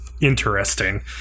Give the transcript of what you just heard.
interesting